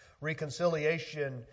Reconciliation